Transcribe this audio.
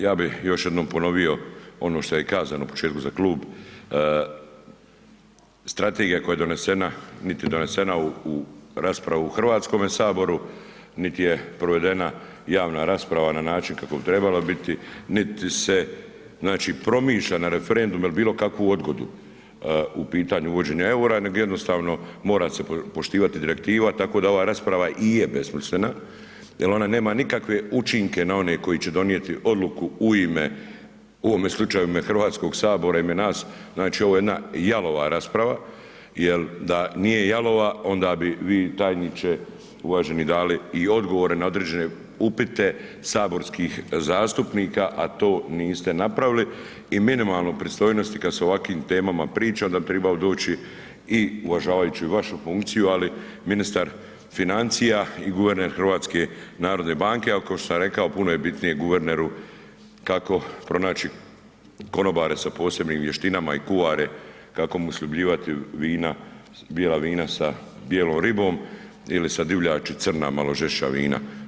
Ja bi još jednom ponovio ono što je kazano u početku za klub, strategija koja je donesena, nit je donesena u raspravu u HS, nit je provedena javna rasprava na način kako bi trebala biti, niti se znači promišlja na referendum il bilo kakvu odgodu u pitanju uvođenja EUR-a neg jednostavno mora se poštivati direktiva, tako da ova rasprava i je besmislena jel ona nema nikakve učinke na one koji će donijeti odluku u ime, u ovome slučaju HS, u ime nas, znači ovo je jedna jalova rasprava jel da nije jalova onda bi vi tajniče uvaženi dali i odgovore na određene upite saborskih zastupnika, a to niste napravili i minimalno pristojnosti kad se o ovakvim temama priča da bi tribao doći i uvažavaju i vašu funkciju, ali ministar financija i guverner HNB-a, ali košto sam rekao puno je bitnije guverneru kako pronaći konobare sa posebnim vještinama i kuhare kako mu sljubljivati vina, bijela vina sa bijelom ribom ili sa divljači crna, malo žešća vina.